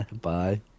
Bye